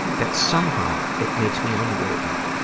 that somehow, it makes me unworthy.